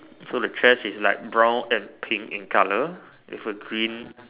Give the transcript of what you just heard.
so the trash is like brown and pink in colour with a green